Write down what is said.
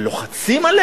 אותה מפלגה